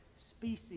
species